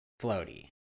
floaty